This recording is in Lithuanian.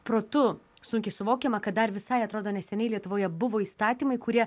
protu sunkiai suvokiama kad dar visai atrodo neseniai lietuvoje buvo įstatymai kurie